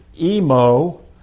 emo